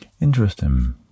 Interesting